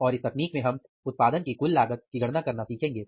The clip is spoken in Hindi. और इस तकनीक में हम उत्पादन की कुल लागत की गणना करना सीखेंगे